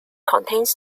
contains